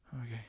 Okay